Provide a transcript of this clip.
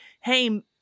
hey